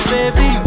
Baby